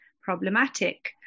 problematic